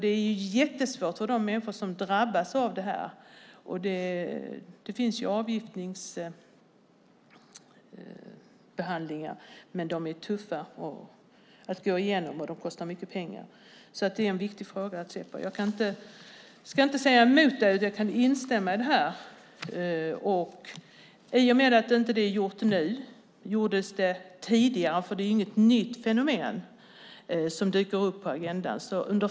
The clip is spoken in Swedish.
Det är mycket svårt för de människor som drabbas. Det finns avgiftningsbehandlingar, men det är tufft att gå igenom dessa. Dessutom kostar de mycket pengar. Frågan är alltså viktig att se över. Jag ska inte säga emot dig, Thomas Nihlén. I stället kan jag instämma i vad som sagts. Talet om att inget gjorts under denna mandatperiod föranleder mig att fråga om det gjorts något tidigare. Det här är ju inte ett nytt fenomen som dykt upp på agendan.